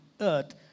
earth